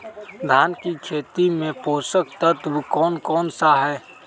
धान की खेती में पोषक तत्व कौन कौन सा है?